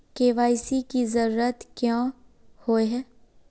KYC की जरूरत क्याँ होय है?